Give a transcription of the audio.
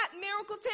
Miracle